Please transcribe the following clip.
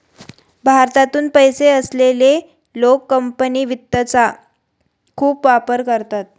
भारतातून पैसे असलेले लोक कंपनी वित्तचा खूप वापर करतात